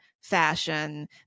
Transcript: fashion